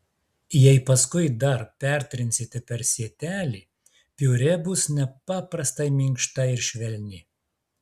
jei paskui dar pertrinsite per sietelį piurė bus nepaprastai minkšta ir švelni